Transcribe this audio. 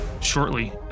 shortly